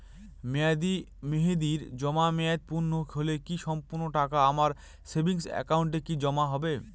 মেয়াদী মেহেদির জমা মেয়াদ পূর্ণ হলে কি সম্পূর্ণ টাকা আমার সেভিংস একাউন্টে কি জমা হবে?